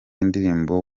indirimbo